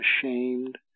ashamed